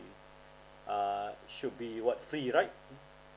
uh should be reward free right